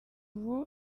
ubu